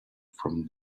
from